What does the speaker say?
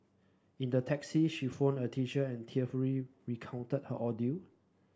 in the taxi she phoned a teacher and tearfully recounted her ordeal